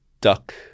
duck –